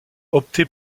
opté